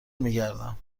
میگردم